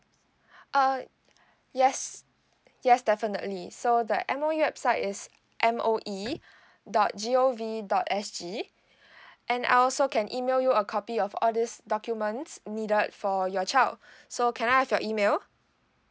uh yes yes definitely so the M_O_E website is M_O_E dot G_O_V dot S_G and I also can email you a copy of others documents needed for your child so can I have your email